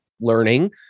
learning